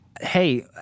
Hey